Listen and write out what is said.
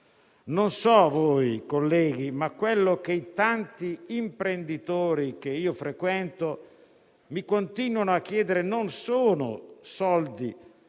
Non so a voi, colleghi, ma ciò che tanti imprenditori che frequento mi continuano a chiedere non sono soldi,